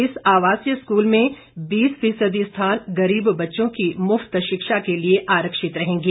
इस आवासीय स्कूल में बीस फीसदी स्थान गरीब बच्चों की मुफ्त शिक्षा के लिए आरक्षित रहेंगे